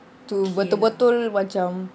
to betul-betul macam